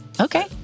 Okay